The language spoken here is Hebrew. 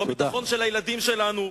בביטחון של הילדים שלנו.